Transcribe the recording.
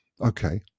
okay